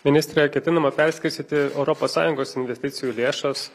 ministre ketinama perskirstyti europos sąjungos investicijų lėšas